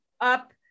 up